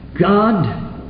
God